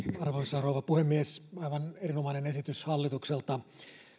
arvoisa rouva puhemies aivan erinomainen esitys hallitukselta